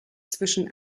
zwischen